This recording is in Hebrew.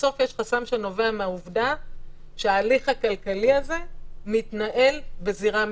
בסוף יש חסם שנובע מהעובדה שההליך הכלכלי הזה מתנהל בזירה המשפטית.